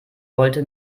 wollte